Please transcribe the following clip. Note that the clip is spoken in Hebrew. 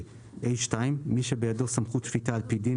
"(ה2) מי שבידו סמכות שפיטה על פי דין,